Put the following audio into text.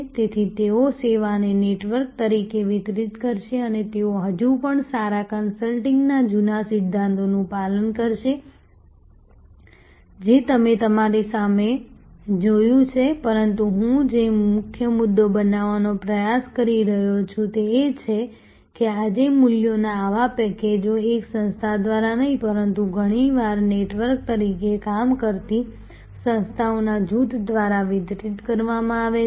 પરંતુ તેઓ સેવાને નેટવર્ક તરીકે વિતરિત કરશે અને તેઓ હજુ પણ સારા કન્સલ્ટિંગના જૂના સિદ્ધાંતોનું પાલન કરશે જે તમે તમારી સામે જોયું છે પરંતુ હું જે મુખ્ય મુદ્દો બનાવવાનો પ્રયાસ કરી રહ્યો છું તે એ છે કે આજે મૂલ્યોના આવા પેકેજો એક સંસ્થા દ્વારા નહીં પરંતુ ઘણી વાર નેટવર્ક તરીકે કામ કરતી સંસ્થાઓના જૂથ દ્વારા વિતરિત કરવામાં આવે છે